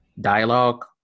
dialogue